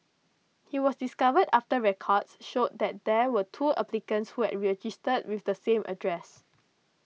he was discovered after records showed that there were two applicants who had registered with the same address